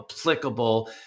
applicable